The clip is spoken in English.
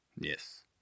Yes